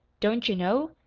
don't you know?